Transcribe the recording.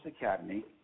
Academy